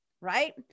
right